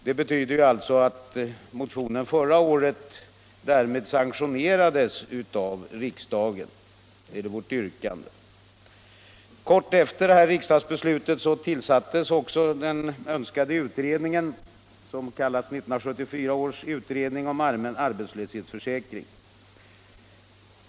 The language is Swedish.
Det betyder alltså att vårt motionsyrkande därmed sanktionerades av riksdagen. Kort efter det att riksdagsbeslutet fattats tillsattes också den önskade utredningen, som kallas 1974 års utredning om allmän arbetslöshetsförsäkring.